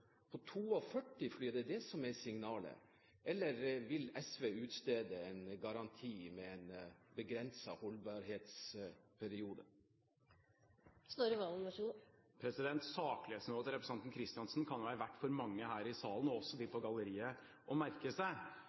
på 42 fly? Er det det som er signalet? Eller vil SV utstede en garanti med en begrenset holdbarhetsperiode? Saklighetsnivået til representanten Kristiansen kan det være verdt for mange her i salen og også dem på galleriet å merke seg.